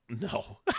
No